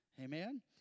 Amen